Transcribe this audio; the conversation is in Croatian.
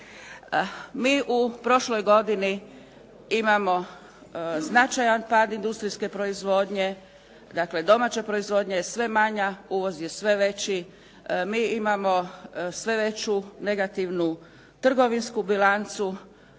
Mi u prošloj godini imamo značajan pad industrijske proizvodnje. Dakle, domaća proizvodnja je sve manja, uvoz je sve veći. Mi imamo sve veću negativnu trgovinsku bilancu,